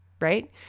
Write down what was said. right